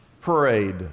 parade